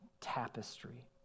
tapestry